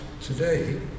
today